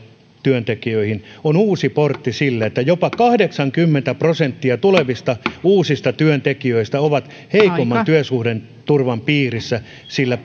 yritysten työntekijöille on uusi portti sille että jopa kahdeksankymmentä prosenttia tulevista uusista työntekijöistä on heikomman työsuhdeturvan piirissä sillä